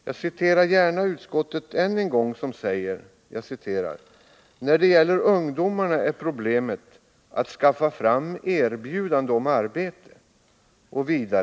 Jag citerar gärna utskottet än en gång: ”När det gäller ungdomarna är problemet att skaffa fram erbjudande om arbete.